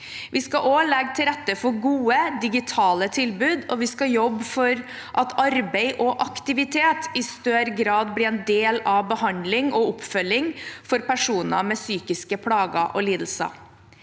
Vi skal også legge til rette for gode digitale tilbud, og vi skal jobbe for at arbeid og aktivitet i større grad blir en del av behandling og oppfølging for personer med psykiske plager og lidelser.